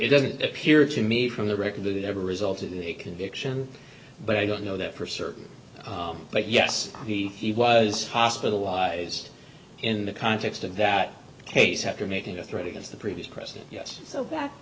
it doesn't appear to me from the record that it ever resulted in a conviction but i don't know that for certain but yes he he was hospitalized in the context of that case after making a threat against the previous president yes so back